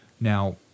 Now